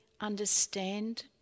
understand